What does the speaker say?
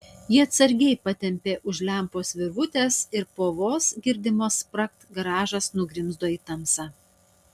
ji atsargiai patempė už lempos virvutės ir po vos girdimo spragt garažas nugrimzdo į tamsą